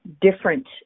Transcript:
different